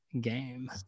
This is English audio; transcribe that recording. game